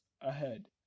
ahead